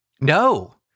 No